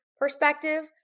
perspective